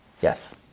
Yes